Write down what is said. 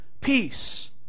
peace